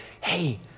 hey